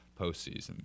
postseason